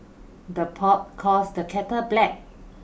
the pot calls the kettle black